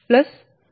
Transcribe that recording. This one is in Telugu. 4605 log కు సమానం